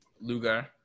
Lugar